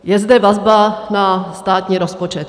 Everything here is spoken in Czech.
Je zde vazba na státní rozpočet.